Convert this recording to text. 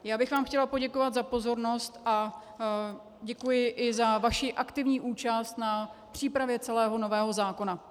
Já bych vám chtěla poděkovat za pozornost a děkuji i za vaši aktivní účast na přípravě celého nového zákona.